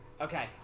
okay